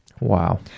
wow